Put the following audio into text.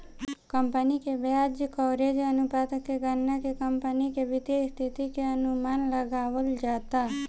company के ब्याज coverage अनुपात के गणना के कंपनी के वित्तीय स्थिति के अनुमान लगावल जाता